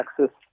access